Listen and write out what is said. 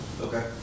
okay